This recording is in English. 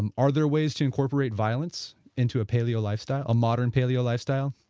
and are there ways to incorporate violence into a paleo lifestyle, a modern paleo lifestyle?